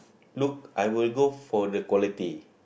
look I would go for the quality